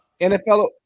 NFL